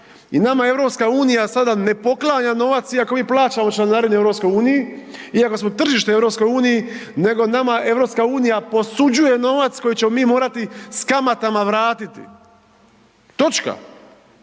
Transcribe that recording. I nama EU sada ne poklanja novac iako mi plaćamo članarine EU, iako smo tržište u EU, nego nama EU posuđuje novac koji ćemo mi morati s kamatama vratiti. Točka.